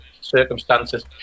circumstances